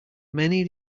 many